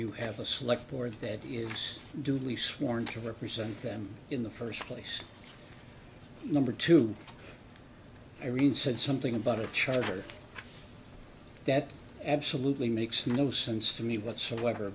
you have a select board that is dude we sworn to represent them in the first place number two i read said something about a charter that absolutely makes no sense to me whatsoever